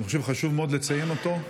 אני חושב שחשוב מאוד לציין אותו,